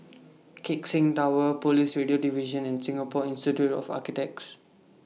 Keck Seng Tower Police Radio Division and Singapore Institute of Architects